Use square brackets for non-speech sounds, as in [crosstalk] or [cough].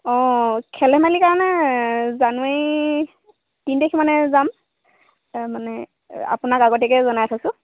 অঁ খেল ধেমেলিৰ কাৰণে জানুৱাৰী [unintelligible] তিনি তাৰিখ মানে যাম মানে আপোনাক আগতীয়াকৈ জনাই থৈছোঁ